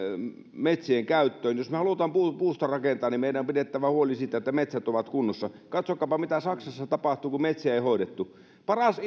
metsien käyttöön jos me haluamme puusta rakentaa niin meidän on pidettävä huoli siitä että metsät ovat kunnossa katsokaapa mitä saksassa tapahtui kun metsiä ei hoidettu paras